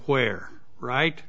where right